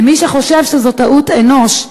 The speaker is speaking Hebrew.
מי שחושב שזאת טעות אנוש,